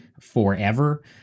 forever